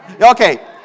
Okay